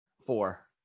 four